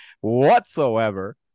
whatsoever